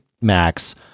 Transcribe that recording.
Max